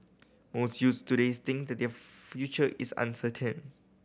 most youths today think that their future is uncertain